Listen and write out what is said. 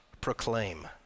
proclaim